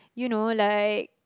you know like